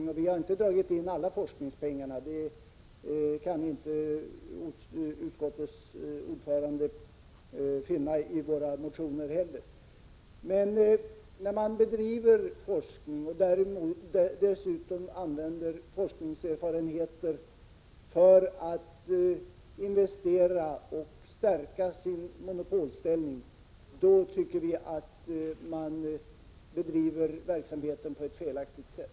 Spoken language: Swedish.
Dessutom vill vi inte dra in alla forskningspengar. Utskottets ordförande kan heller inte finna att vi förespråkar något sådant i våra motioner. Men när man bedriver forskning och utnyttjar forskningserfarenheter för att kunna göra investeringar och stärka sin monopolställning, tycker vi att man bedriver verksamheten på ett felaktigt sätt.